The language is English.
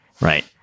Right